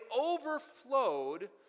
overflowed